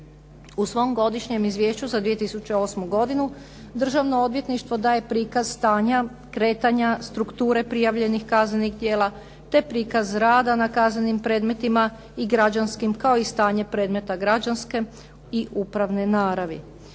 U svom godišnjem Izvješću za 2008. godinu Državno odvjetništvo daje prikaz stanja kretanja strukture prijavljenih kaznenih djela te prikaz rada na kaznenim predmetima i građanskim kao i stanje predmeta građanske i upravne naravi.